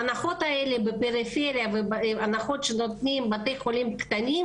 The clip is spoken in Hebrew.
ההנחות האלה שנותנים בתי חולים קטנים,